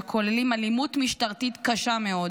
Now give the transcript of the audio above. שכוללים אלימות משטרתית קשה מאוד